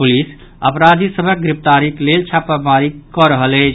police अपराधी सभक गिरफ्तारीक लेल छापामरी कऽ रहल अछि